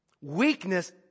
Weakness